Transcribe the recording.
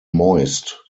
moist